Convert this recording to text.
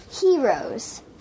heroes